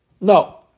No